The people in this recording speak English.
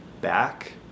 back